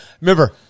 Remember